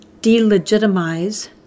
delegitimize